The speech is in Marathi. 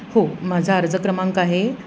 हो माझा अर्ज क्रमांक आहे